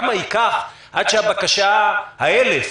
כמה ייקח עד שהבקשה ה-1,000,